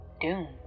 Doom